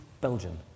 Belgian